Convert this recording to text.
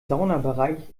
saunabereich